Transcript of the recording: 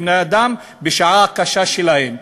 בבני-אדם בשעה הקשה שלהם.